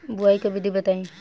बुआई के विधि बताई?